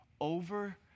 over